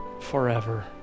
forever